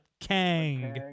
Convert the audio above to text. Kang